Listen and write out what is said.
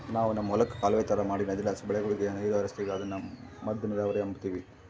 ನಾವು ನಮ್ ಹೊಲುಕ್ಕ ಕಾಲುವೆ ತರ ಮಾಡಿ ನದಿಲಾಸಿ ಬೆಳೆಗುಳಗೆ ನೀರು ಹರಿಸ್ತೀವಿ ಅದುನ್ನ ಮದ್ದ ನೀರಾವರಿ ಅಂಬತೀವಿ